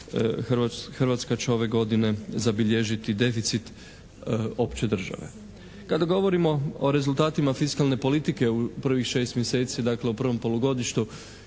Hrvatska će ove godine zabilježiti deficit opće države. Kada govorimo o rezultatima fiskalne politike u prvih šest mjeseci dakle u prvom polugodištu